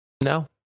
no